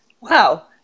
wow